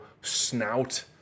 snout